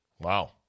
Wow